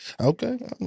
Okay